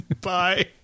Bye